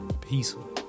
peaceful